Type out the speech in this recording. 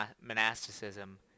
monasticism